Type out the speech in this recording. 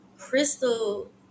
Crystal